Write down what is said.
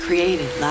Created